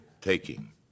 taking